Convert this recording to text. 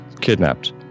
kidnapped